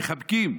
מחבקים.